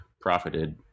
profited